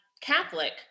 Catholic